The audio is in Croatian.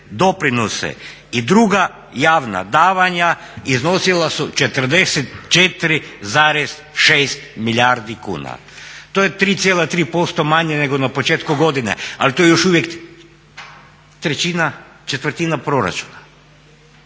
doprinose i druga javna davanja iznosila su 44,6 milijardi kuna. To je 3,3% manje nego na početku godine, ali to je još uvijek trećina, četvrtina proračuna.